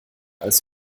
als